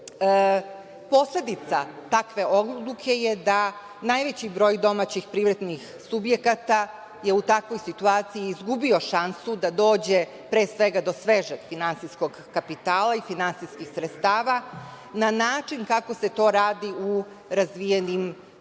stihiji. Posledica takve odluke je da najveći broj domaćih privrednih subjekata je u takvoj situaciji izgubio šansu da dođe, pre svega, do svežeg finansijskog kapitala i finansijskih sredstava na način kako se to radi u razvijenim